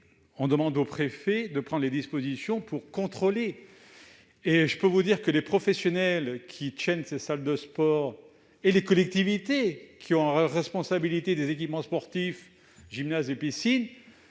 demandons au préfet de prendre les dispositions pour contrôler la situation. Or, je puis vous l'affirmer, les professionnels qui tiennent ces salles de sport et les collectivités qui ont la responsabilité des équipements sportifs, gymnases et piscines